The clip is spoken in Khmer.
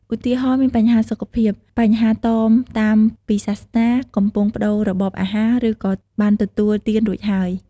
ឧទាហរណ៍ មានបញ្ហាសុខភាព បញ្ហាតមតាមពីសាសនា កំពង់ប្ដូររបបអាហារ ឬក៏បានទទួលទានរួចហើយ។